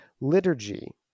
Liturgy